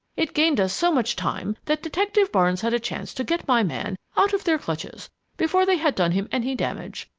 it gained us so much time that detective barnes had a chance to get my man out of their clutches before they had done him any damage,